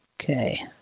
Okay